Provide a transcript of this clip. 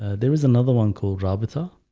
there is another one called rabbit ah,